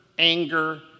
anger